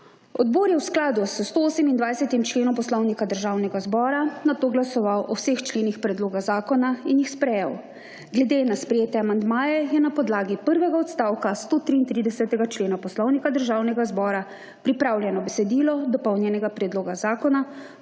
Odbor je v skladu s 128. členom Poslovnika Državnega zbora nato glasoval o vseh členih Predloga zakona in jih sprejel. Glede na sprejete amandmaje je na podlagi prvega odstavka 133. člena Poslovnika Državnega **51. TRAK (VI) 14.10** (nadaljevanje) zbora pripravljeno besedilo dopolnjenega predloga zakona